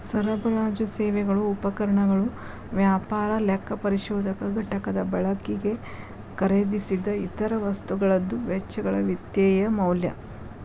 ಸರಬರಾಜು ಸೇವೆಗಳು ಉಪಕರಣಗಳು ವ್ಯಾಪಾರ ಲೆಕ್ಕಪರಿಶೋಧಕ ಘಟಕದ ಬಳಕಿಗೆ ಖರೇದಿಸಿದ್ ಇತರ ವಸ್ತುಗಳದ್ದು ವೆಚ್ಚಗಳ ವಿತ್ತೇಯ ಮೌಲ್ಯ